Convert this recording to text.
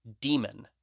demon